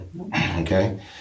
Okay